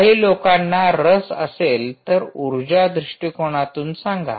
काही लोकांना रस असेल तर उर्जा दृष्टीकोनातून सांगा